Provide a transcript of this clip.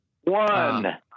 One